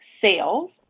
sales